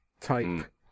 type